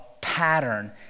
pattern